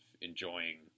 enjoying